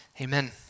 Amen